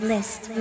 List